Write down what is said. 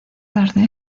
tarde